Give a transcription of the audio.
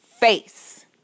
face